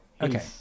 okay